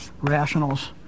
rationals